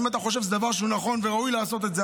אם אתה חושב שזה דבר שהוא נכון וראוי לעשות את זה,